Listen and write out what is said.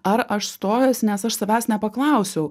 ar aš stojuosi nes aš tavęs nepaklausiau